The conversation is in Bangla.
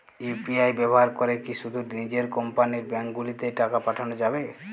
ইউ.পি.আই ব্যবহার করে কি শুধু নিজের কোম্পানীর ব্যাংকগুলিতেই টাকা পাঠানো যাবে?